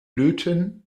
löten